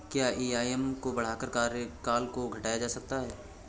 क्या ई.एम.आई को बढ़ाकर कार्यकाल को घटाया जा सकता है?